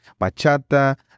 bachata